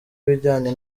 ibijyanye